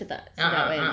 ya ya